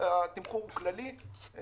התמחור הוא כללי.